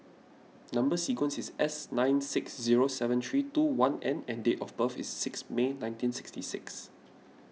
Number Sequence is S nine six zero seven three two one N and date of birth is six May nineteen sixty six